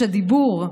חופש הדיבור,